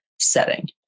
setting